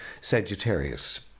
Sagittarius